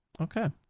Okay